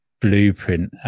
blueprint